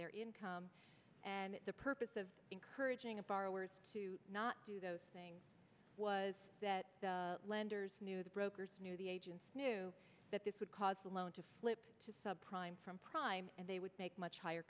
their income and the purpose of encouraging the borrowers to not do those things was that the lenders knew the brokers knew the agents knew that this would cause the loan to flip to sub prime from prime and they would make much higher